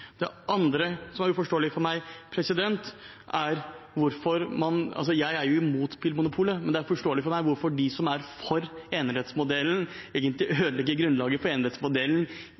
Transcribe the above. Det andre som er uforståelig for meg, er hvorfor de som er for enerettsmodellen – jeg er jo mot spillmonopolet – egentlig ødelegger grunnlaget for enerettsmodellen